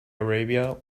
arabia